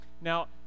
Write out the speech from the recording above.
Now